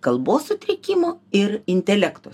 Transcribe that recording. kalbos sutrikimo ir intelekto